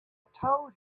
told